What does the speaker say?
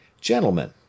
Gentlemen